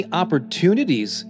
opportunities